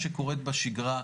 תופעה שקורית בשגרה.